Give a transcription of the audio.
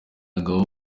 ngabo